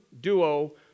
duo